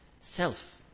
Self